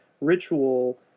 ritual